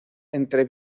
entre